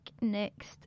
next